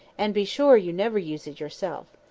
and be sure you never use it yourself.